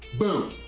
boom,